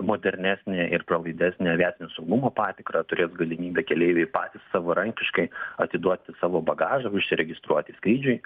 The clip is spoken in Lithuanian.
modernesnę ir pralaidesnę aviacinę saugumo patikrą turės galimybę keleiviai patys savarankiškai atiduoti savo bagažą užsiregistruoti skrydžiui